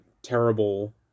terrible